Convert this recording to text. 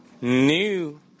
new